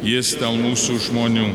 jis mūsų žmonių